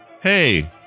Hey